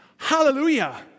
Hallelujah